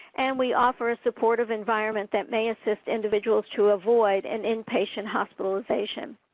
and we offered supportive environment that may assist individuals to avoid an inpatient hospitalization.